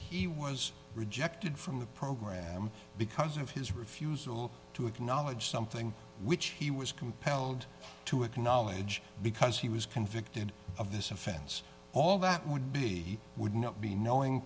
he was rejected from the program because of his refusal to acknowledge something which he was compelled to acknowledge because he was convicted of this offense all that would be would not be knowing